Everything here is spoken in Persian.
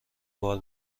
بار